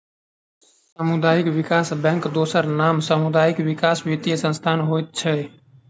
सामुदायिक विकास बैंकक दोसर नाम सामुदायिक विकास वित्तीय संस्थान होइत छै